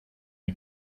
the